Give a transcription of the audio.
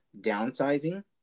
downsizing